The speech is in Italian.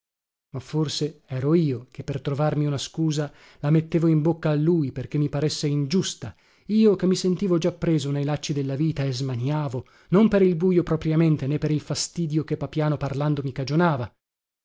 ma forse ero io che per trovarmi una scusa la mettevo in bocca a lui perché mi paresse ingiusta io che mi sentivo già preso nei lacci della vita e smaniavo non per il bujo propriamente né per il fastidio che papiano parlando